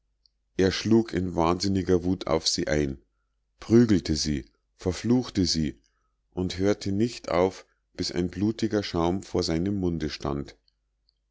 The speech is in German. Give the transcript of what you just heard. er schlug in wahnsinniger wut auf sie ein prügelte sie verfluchte sie und hörte nicht auf bis ein blutiger schaum vor seinem munde stand